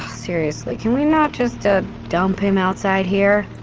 seriously, can we not just, ah, dump him outside here?